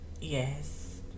Yes